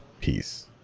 peace